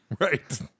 Right